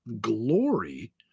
glory